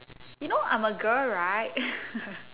you know I'm a girl right